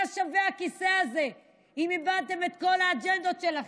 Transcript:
מה שווה הכיסא הזה אם איבדתן את כל האג'נדות שלכן,